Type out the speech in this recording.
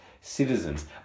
citizens